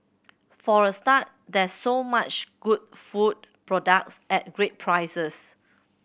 for a start there's so much good food products at great prices